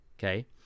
Okay